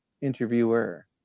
interviewer